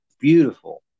beautiful